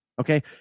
Okay